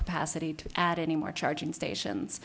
capacity to add any more charging stations